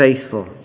faithful